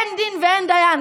אין דין ואין דיין.